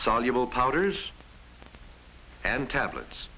soluble powders and tablets